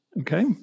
Okay